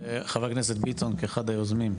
חבר הכנסת ביטון כאחד היוזמים,